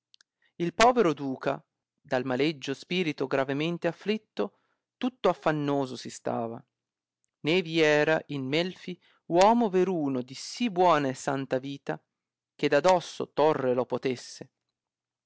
il povero duca dal malegno spirito gravemente afflitto tutto affannoso si stava né vi era in melfi uomo veruno di sì buona e santa vita che da dosso torre lo potesse